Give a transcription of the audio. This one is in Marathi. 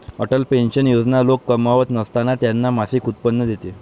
अटल पेन्शन योजना लोक कमावत नसताना त्यांना मासिक उत्पन्न देते